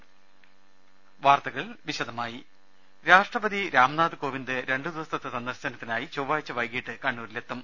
ങ്ങ ൽ ഢ ൾ രാഷ്ട്രപതി രാംനാഥ് കോവിന്ദ് രണ്ടു ദിവസത്തെ സന്ദർശനത്തിനായി ചൊവ്വാഴ്ച വൈകീട്ട് കണ്ണൂരിലെത്തും